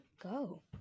go